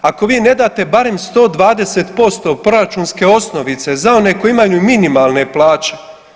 Ako vi ne date barem 120% proračunske osnovice za one koji imaju minimalne plaće.